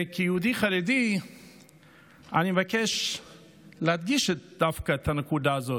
כיהודי חרדי אני מבקש להדגיש דווקא את הנקודה הזאת,